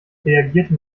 reagierte